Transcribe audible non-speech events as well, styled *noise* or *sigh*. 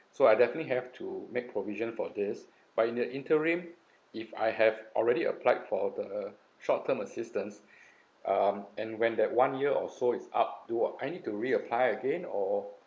so I definitely have to make provision for this but in the interim if I have already applied for the short term assistance *breath* um and when that one year or so it's up too I need to reapply again or